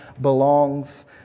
belongs